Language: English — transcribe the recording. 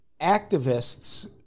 activists